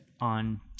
on